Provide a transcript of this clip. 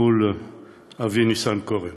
מול אבי ניסנקורן.